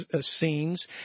scenes